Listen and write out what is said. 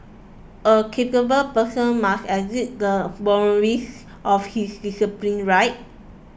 a capable person must exceed the boundaries of his discipline right